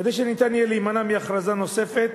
כדי שניתן יהיה להימנע מהכרזה נוספת,